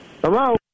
Hello